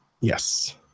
Yes